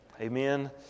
Amen